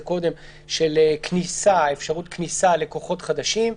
קודם הוא אפשרות כניסה לכוחות חדשים,